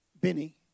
Benny